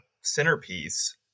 centerpiece